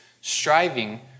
striving